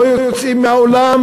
לא יוצאים מהאולם,